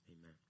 Amen